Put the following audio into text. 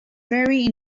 very